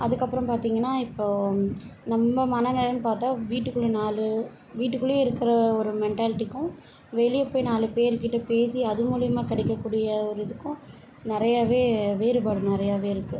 அதுக்கப்புறம் பார்த்தீங்கன்னா இப்போது நம்ம மனநிலைன்னு பார்த்தா வீட்டுக்குள்ளே நாலு வீட்டுக்குள்ளே இருக்கிற ஒரு மென்டாலிட்டிக்கும் வெளியே போய் நாலு பேர் கிட்டே பேசி அது மூலயமா கிடைக்கக்கூடிய ஒரு இதுக்கும் நிறையாவே வேறுபாடு நிறையாவே இருக்குது